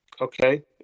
Okay